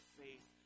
faith